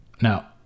Now